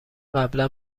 قبلا